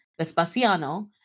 Vespasiano